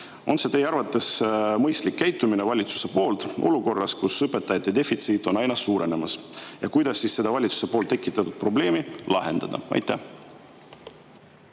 On see teie arvates mõistlik käitumine valitsuse poolt olukorras, kus õpetajate defitsiit on aina suurenemas? Kuidas seda valitsuse tekitatud probleemi lahendada? Suur